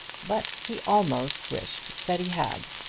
but he almost wished that he had.